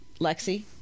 Lexi